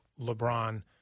LeBron